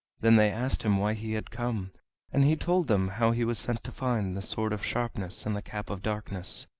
then they asked him why he had come and he told them how he was sent to find the sword of sharpness and the cap of darkness.